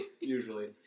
usually